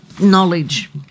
knowledge